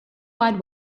wide